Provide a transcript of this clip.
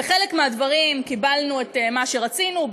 בחלק מהדברים קיבלנו את מה שרצינו,